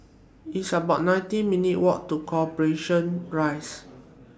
It's about nineteen minutes' Walk to Corporation Rise